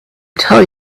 tell